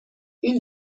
این